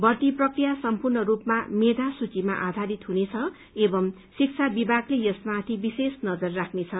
भर्ती प्रक्रिया सम्पूर्ण रूपमा मेवा सूचीमा आधारित हुनेछ एवं शिक्षा विभागले यसमाथि विशेष नजर राख्नेछ